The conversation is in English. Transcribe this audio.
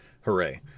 hooray